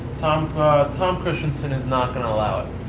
tom tom kristensen is not gonna allow it.